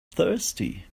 thirsty